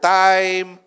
time